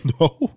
No